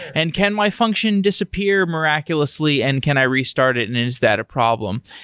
and can my function disappear miraculously and can i restart it, and is that a problem?